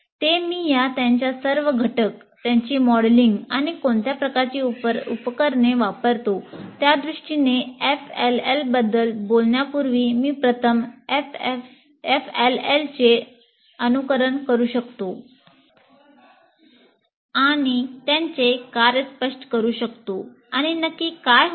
ते मी त्याच्या सर्व घटक त्यांची मॉडेलिंग आणि कोणत्या प्रकारची उपकरणे वापरतो त्या दृष्टीने FLL बद्दल बोलण्यापूर्वी मी प्रथम FLL चे अनुकरण करू शकतो आणि त्याचे कार्य स्पष्ट करू शकतो आणि नक्की काय होते